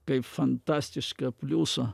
kaip fantastišką pliusą